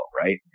right